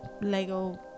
Lego